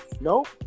nope